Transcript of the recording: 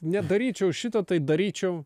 nedaryčiau šito tai daryčiau